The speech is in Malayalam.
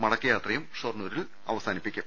മടക്കയാത്രയും ഷൊർണ്ണൂരിൽ അവസാനിക്കും